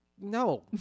No